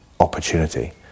opportunity